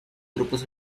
grupos